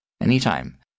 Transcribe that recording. Anytime